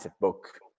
book